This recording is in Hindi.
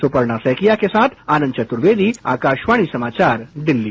सुपर्णा सैकिया के साथ आनंद चतुर्वेदी आकाणवाणी समाचार दिल्ली